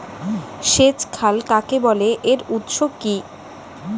সেচ খাল কাকে বলে এর উৎস কি?